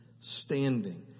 standing